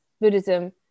buddhism